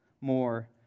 more